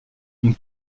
une